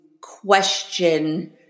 question